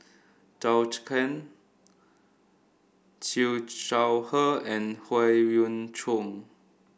Zhou Can Siew Shaw Her and Howe Yoon Chong